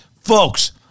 folks